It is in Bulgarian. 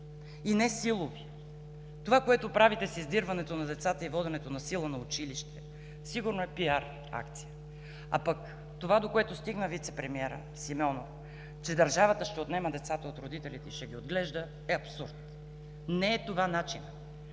И не силови. Това, което правите с издирването на децата и воденето насила на училище, сигурно е PR акция?! А пък това, до което стигна вицепремиерът Симеонов – че държавата ще отнема децата от родители и ще ги отглежда, е абсурд! Не е това начинът!